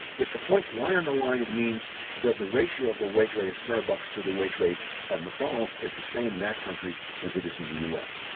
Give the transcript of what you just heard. if the points lie on the line, it means that the ratio of the wage rate at starbucks to the wage rate at mcdonald's is the same in that country as it is in the u s.